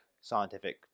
scientific